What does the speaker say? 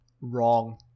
Wrong